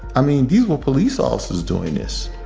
i mean, these were police officers doing this